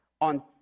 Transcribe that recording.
on